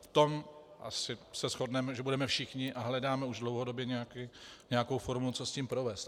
V tom asi se shodneme, že budeme všichni a hledáme už dlouhodobě nějakou formu, co s tím provést.